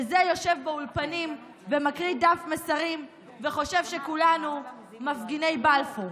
וזה יושב באולפנים ומקריא דף מסרים וחושב שכולנו מפגיני בלפור.